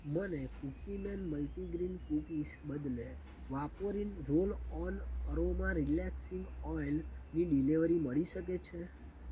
મને Cookieman multigrain cookies બદલે Vaporin roll on aroma relaxing oil ની ડિલિવરી મળી છે